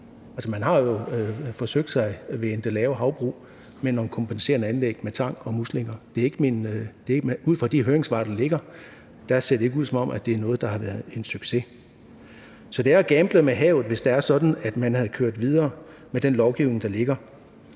Man har jo forsøgt sig ved Endelave Havbrug med nogle kompenserende anlæg med tang og muslinger. Ud fra de høringssvar, der ligger, ser det ikke ud, som om det er noget, der har været en succes. Så det ville have været at gamble med havet, hvis det var sådan, at man havde kørt videre med den lovgivning, der ligger.